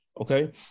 Okay